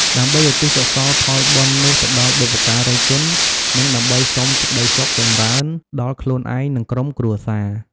ដើម្បីឧទ្ទិសកុសលផលបុណ្យនោះទៅដល់បុព្វការីជន និងដើម្បីសុំសេចក្តីសុខចម្រើនដល់ខ្លួនឯង និងក្រុមគ្រួសារ។